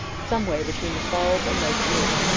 somewhere between the falls and lake erie.